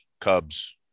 Cubs